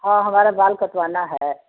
हाँ हमारा बाल कटवाना हैं